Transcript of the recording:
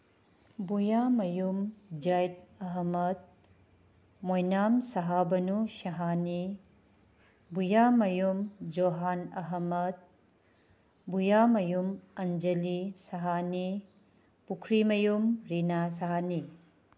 ꯕꯣꯌꯥꯃꯌꯨꯝ ꯖꯥꯏꯠ ꯑꯍꯃꯠ ꯃꯣꯏꯅꯥꯝ ꯁꯍꯥꯕꯅꯨ ꯁꯍꯥꯅꯤ ꯕꯨꯌꯥꯃꯌꯨꯝ ꯖꯨꯍꯥꯟ ꯑꯍꯃꯠ ꯕꯨꯌꯥꯃꯌꯨꯝ ꯑꯟꯖꯂꯤ ꯁꯍꯥꯅꯤ ꯄꯨꯈ꯭ꯔꯤꯃꯌꯨꯝ ꯔꯤꯅꯥ ꯁꯍꯥꯅꯤ